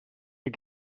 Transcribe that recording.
you